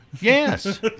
Yes